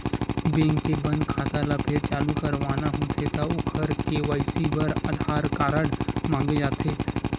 bank के बंद खाता ल फेर चालू करवाना होथे त ओखर के.वाई.सी बर आधार कारड मांगे जाथे